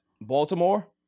Baltimore